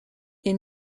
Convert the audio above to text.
est